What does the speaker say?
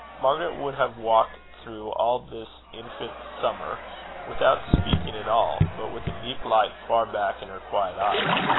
margaret would have walked through all this infant summer without speaking at all, but with a deep light far back in her quiet eyes.